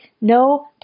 no